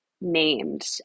named